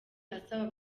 asaba